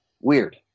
Weird